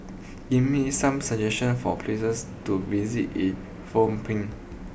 give me some suggestions for places to visit in Phnom Penh